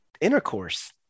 intercourse